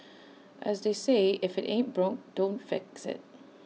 as they say if IT ain't broke don't fix IT